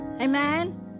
Amen